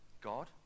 God